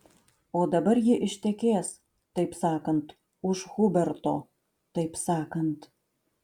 o dabar ji ištekės taip sakant už huberto taip sakant